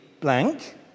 blank